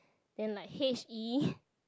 then like H_E